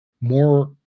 more